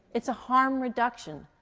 it's a harm reduction.